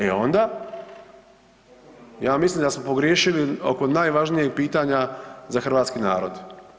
E onda ja mislim da smo pogriješili oko najvažnijeg pitanja za hrvatski narod.